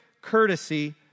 courtesy